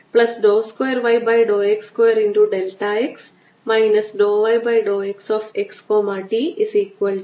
r24π4πCe λrQ0 അതിനാൽ Q enclosed 4 pi C raise to ന് തുല്യമാണ് മൈനസ് ലാംഡ r തവണ എപ്സിലോൺ 0 ന് തുല്യമാണ്